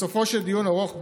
בסופו של דיון ארוך,